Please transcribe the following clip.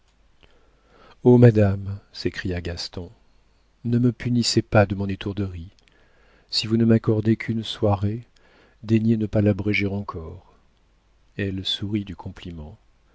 oh madame s'écria gaston ne me punissez pas de mon étourderie si vous ne m'accordez qu'une soirée daignez ne pas l'abréger encore elle sourit du compliment